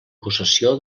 possessió